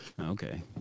okay